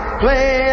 play